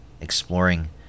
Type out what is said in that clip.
exploring